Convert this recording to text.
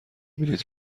بلیط